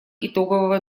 итогового